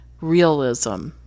realism